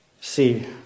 See